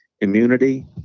immunity